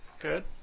Good